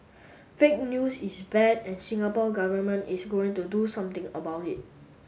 fake news is bad and Singapore Government is going to do something about it